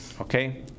Okay